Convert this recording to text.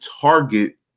target